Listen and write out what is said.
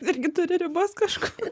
irgi turi ribas kažkur